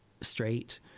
straight